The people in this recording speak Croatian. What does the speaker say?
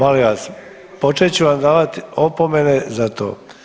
Molim vas, počet ću vam davat opomene za to.